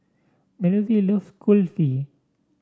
Mallory love Kulfi